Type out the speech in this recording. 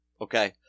okay